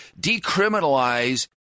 decriminalize